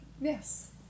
Yes